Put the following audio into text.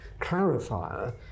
clarifier